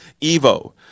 EVO